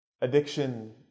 Addiction